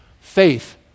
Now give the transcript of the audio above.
faith